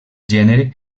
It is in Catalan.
gènere